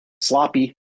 sloppy